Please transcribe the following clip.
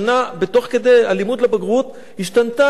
תוך כדי הלימוד לבגרות השתנתה התוכנית.